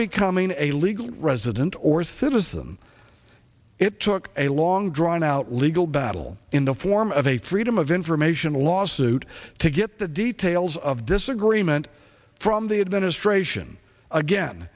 becoming a legal resident or citizen it took a long drawn out legal battle in the form of a freedom of information lawsuit to get the details of disagreement from the administration again